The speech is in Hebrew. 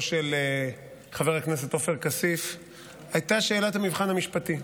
של חבר הכנסת עופר כסיף הייתה שאלת המבחן המשפטי.